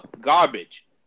garbage